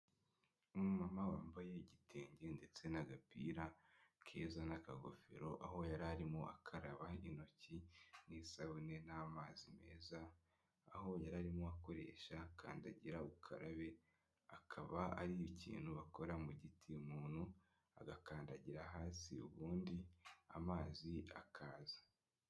Umumamama wambaye igitenge ndetse n'agapira keza n'akagofero, aho yari arimo akaraba intoki n'isabune n'amazi meza, aho yari arimo akoresha kandagira ukarabe, akaba ari ikintu bakora mu giti umuntu agakandagira hasi ubundi amazi akaza.